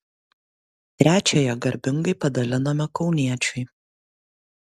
trečiąją garbingai padalinome kauniečiui